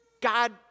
God